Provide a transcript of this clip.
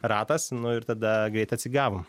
ratas nu ir tada greit atsigavom